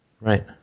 right